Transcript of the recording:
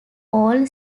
all